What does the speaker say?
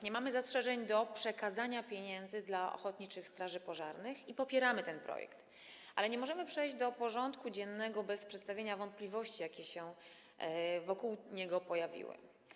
Nie mamy zastrzeżeń do przekazania pieniędzy dla ochotniczych straży pożarnych i popieramy ten projekt, ale nie możemy przejść do porządku dziennego bez przedstawienia wątpliwości, jakie się wokół niego pojawiły.